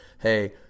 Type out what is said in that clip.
hey